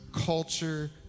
culture